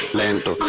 lento